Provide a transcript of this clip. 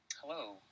Hello